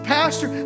pastor